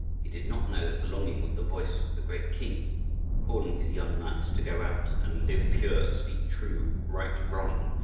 he did not know that the longing was the voice of the great king calling his young knight to go out and live pure, speak true, right wrong,